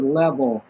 level